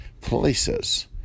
places